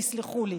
תסלחו לי.